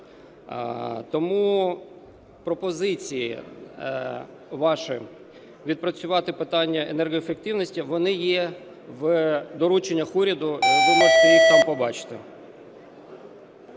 Тому пропозиції ваші - відпрацювати питання енергоефективності, вони є в дорученнях уряду, ви можете їх там побачити.